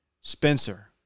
Spencer